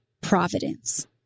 providence